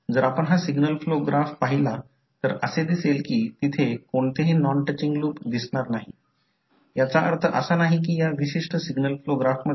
जर एखाद्या कॉइलच्या डॉट असलेल्या टर्मिनलमध्ये एखादा करंट गेला तर दुसऱ्या कॉइलमधील म्युच्युअल व्होल्टेजची रेफरन्स पोलारिटी दुसऱ्या कॉइलच्या डॉटेड टर्मिनलवर पॉझिटिव्ह आहे ही मी लिहिलेली भाषा आहे आपण त्या आकृतीवर आणि इतर गोष्टींवर येऊ